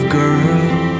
girl